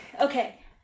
Okay